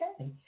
Okay